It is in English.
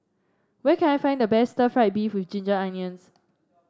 where can I find the best stir fry beef with Ginger Onions